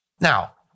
Now